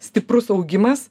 stiprus augimas